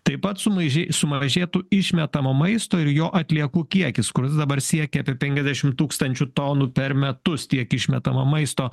taip pat sumaižy sumažėtų išmetamo maisto ir jo atliekų kiekis kuris dabar siekia apie penkiasdešimt tūkstančių tonų per metus tiek išmetamo maisto